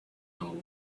till